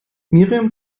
miriam